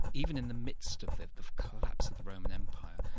even in the midst of the the collapse of the roman empire,